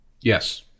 Yes